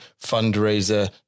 fundraiser